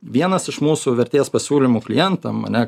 vienas iš mūsų vertės pasiūlymų klientam ane